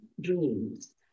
dreams